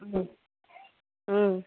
ம் ம்